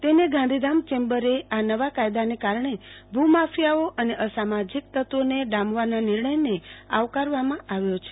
તેને ગાંધીધામ ચેમ્બરે આ નવા કાયદાને કારણે ભુ માફિયાઓ અને અસામાજિક તત્વોને ડામવાના નિર્ણયને આવકારવામાં આવ્યો છે